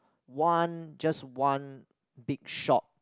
one just one big shop